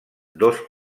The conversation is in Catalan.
dos